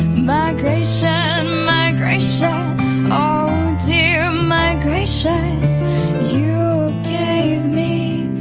migration, migration oh dear migration you gave me